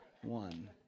one